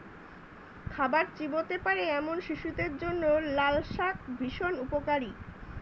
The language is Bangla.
খাবার চিবোতে পারে এমন শিশুদের জন্য লালশাক ভীষণ উপকারী